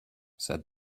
said